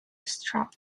strap